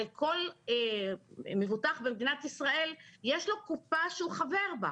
הרי לכל מבוטח במדינת ישראל יש קופה שהוא חבר בה,